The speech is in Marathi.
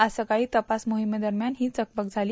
आज सकाळी तपास मोहिमेदरम्यान ही चकमंक झाली